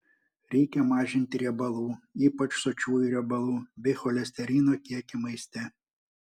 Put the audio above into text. reikia mažinti riebalų ypač sočiųjų riebalų bei cholesterino kiekį maiste